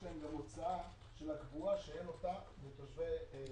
יחד עם זאת לתושבי החוץ יש גם הוצאה של הקבורה שאין לתושבי ישראל.